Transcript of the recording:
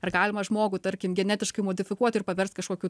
ar galima žmogų tarkim genetiškai modifikuot ir paverst kažkokiu